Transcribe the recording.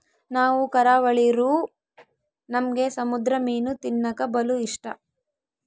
ನಾವು ಕರಾವಳಿರೂ ನಮ್ಗೆ ಸಮುದ್ರ ಮೀನು ತಿನ್ನಕ ಬಲು ಇಷ್ಟ